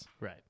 Right